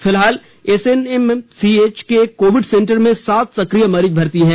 फिलहाल एसएनएमसीएच के Covid centre में सात सक्रिय मरीज भर्ती हैं